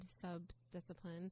sub-discipline